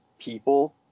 people